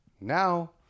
now